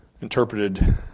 interpreted